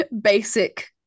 basic